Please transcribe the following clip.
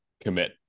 commit